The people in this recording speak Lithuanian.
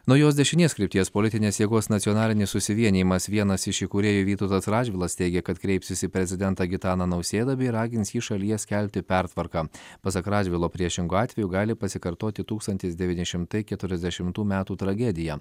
naujos dešinės krypties politinės jėgos nacionalinis susivienijimas vienas iš įkūrėjų vytautas radžvilas teigia kad kreipsis į prezidentą gitaną nausėdą bei ragins jį šalyje skelbti pertvarka pasak radžvilo priešingu atveju gali pasikartoti tūkstantis devyni šimtai keturiasdešimtų metų tragedija